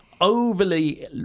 overly